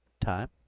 time